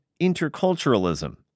interculturalism